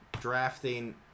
drafting